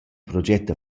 proget